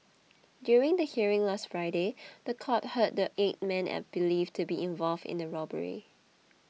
during the hearing last Friday the court heard that eight men are believed to be involved in the robbery